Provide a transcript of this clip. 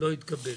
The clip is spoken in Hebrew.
לא התקבל.